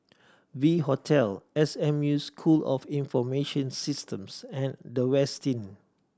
V Hotel S M U School of Information Systems and The Westin